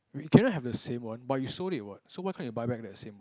we cannot have the same one but you sold it what so why can't you buy back that same one